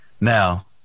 Now